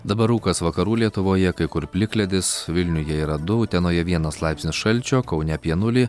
dabar rūkas vakarų lietuvoje kai kur plikledis vilniuje yra du utenoje vienas laipsnio šalčio kauneapie nulį